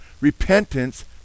repentance